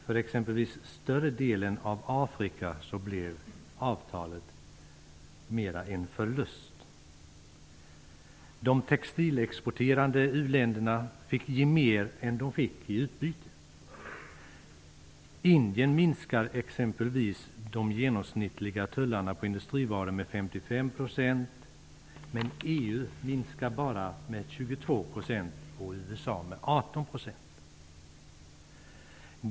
För exempelvis större delen av Afrika blev avtalet närmast en förlust. De textilexporterande uländerna fick ge mera än vad de själva fick i utbyte. Indien minskar exempelvis de genomsnittliga tullarna på industrivaror med 55 %, medan EU bara minskar tullarna med 22 % och USA minskar med 18 %.